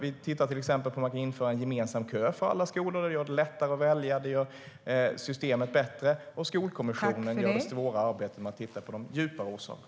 Vi tittar till exempel på om man kan införa en gemensam kö för alla skolor. Det gör det lättare att välja. Det gör systemet bättre. Skolkommissionen gör det svåra arbetet med att titta på de djupa orsakerna.